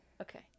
Okay